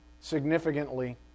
significantly